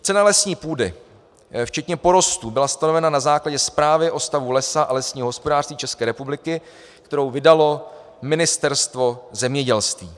Cena lesní půdy včetně porostů byla stanovena na základě Zprávy o stavu lesa a lesního hospodářství České republiky, kterou vydalo Ministerstvo zemědělství.